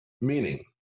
Meaning